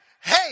hey